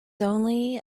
only